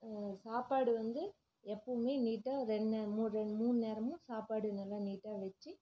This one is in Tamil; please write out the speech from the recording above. சாப்பாடு வந்து எப்பவுமே நீட்டாக ரெண்டு மூணு ரெ மூணு நேரமும் சாப்பாடு நல்லா நீட்டாக வச்சு